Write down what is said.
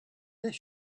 this